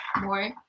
more